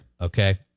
okay